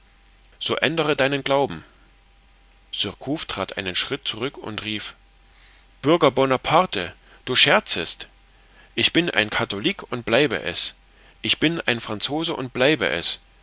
so ändere deinen glauben surcouf trat einen schritt zurück und rief bürger bonaparte du scherzest ich bin ein katholik und bleibe es ich bin ein franzose und bleibe es